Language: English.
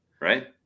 right